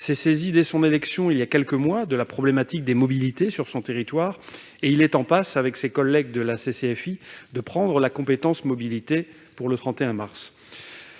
s'est saisi, dès son élection, voilà quelques mois, de la problématique des mobilités sur son territoire, et il est en passe, avec ses collègues de la CCFI, de prendre la compétence mobilités au 31 mars.